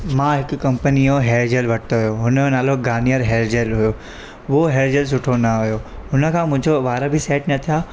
मां हिकु कम्पनीअ जो हेअर जेल वरितो हुयो हुनजो नालो गार्नियर हेअर जेल हुयो उहो हेअर जेल सुठो न हुयो उनखां मुंहिंजो वार बि सेट न थिया